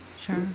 Sure